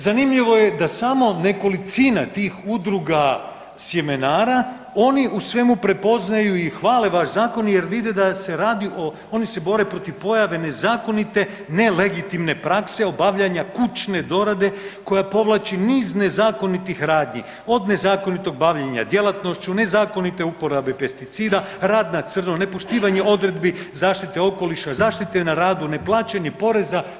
Zanimljivo je da samo nekolicina tih udruga sjemenara, oni u svemu prepoznaju i hvale vaš zakon jer vide da se radi, oni se bore protiv pojave nezakonite, nelegitimne prakse obavljanja kućne dorade koja povlači niz nezakonitih radnji, od nezakonitog bavljenja djelatnošću, nezakonitog uporabe pesticida, rad na crno, nepoštivanje odredbi zaštite okoliša, zaštite na radu, neplaćanje poreza